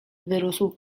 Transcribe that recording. wyrósł